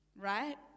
Right